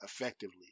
effectively